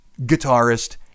guitarist